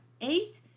eight